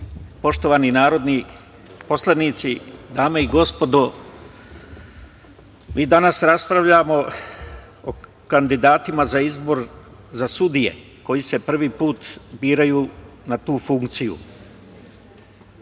poštovani narodni poslanici, dame i gospodo, mi danas raspravljamo o kandidatima za izbor za sudije koje se prvi put biraju na tu funkciju. Svi